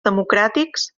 democràtics